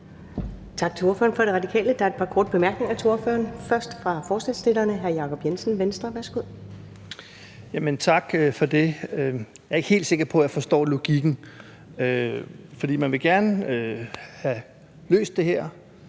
Tak for det. Jeg er ikke helt sikker på, at jeg forstår logikken. Man vil gerne have løst det her.